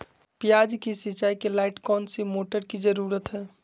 प्याज की सिंचाई के लाइट कौन सी मोटर की जरूरत है?